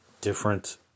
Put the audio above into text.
different